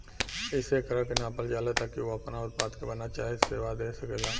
एहिसे एकरा के नापल जाला ताकि उ आपना उत्पाद के बना चाहे सेवा दे सकेला